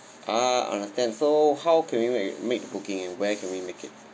ah understand so how can we make make booking and where can we make it